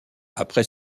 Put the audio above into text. après